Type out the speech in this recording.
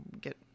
get